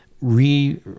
re